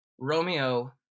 Romeo